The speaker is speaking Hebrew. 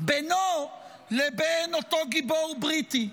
בינו לבין אותו גיבור בריטי.